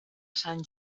sant